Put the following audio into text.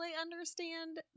understand